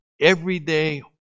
everyday